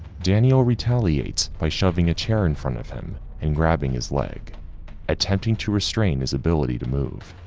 daniel retaliates by shoving a chair in front of him and grabbing his leg attempting to restrain his ability to move.